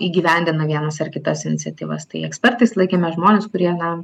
įgyvendina vienas ar kitas iniciatyvas tai ekspertais laikėme žmones kurie na